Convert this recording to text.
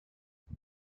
and